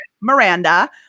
Miranda